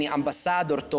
ambassador